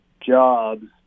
jobs